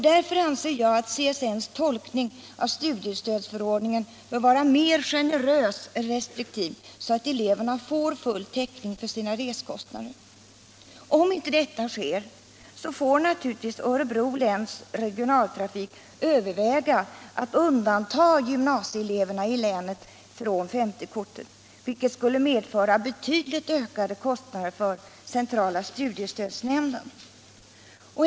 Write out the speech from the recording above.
Därför anser jag att CSN:s tolkning av studiestödsförordningen bör vara mer generös än restriktiv, så att eleverna får full täckning för sina resekostnader. Om inte detta sker får naturligtvis Örebro läns regionaltrafik överväga att undanta gymnasieeleverna i länet från 50-kortet, vilket skulle medföra betydligt ökade kostnader för centrala studiestödsnämnden.